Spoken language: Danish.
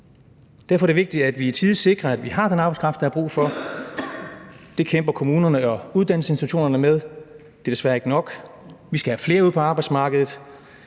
Derfor er det vigtigt, at vi i tide sikrer, at vi har den arbejdskraft, der er brug for. Det kæmper kommunerne og uddannelsesinstitutionerne med. Det er desværre ikke nok. Vi skal have flere ud på arbejdsmarkedet